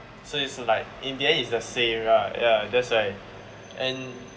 so it's like in the end it's the same lah ya that's why and